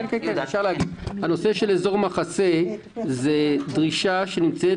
הנושא של "אזור מחסה" הוא דרישה שנמצאת